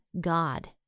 God